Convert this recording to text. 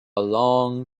long